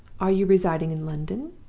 are you residing in london?